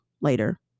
later